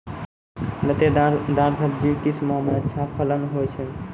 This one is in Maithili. लतेदार दार सब्जी किस माह मे अच्छा फलन होय छै?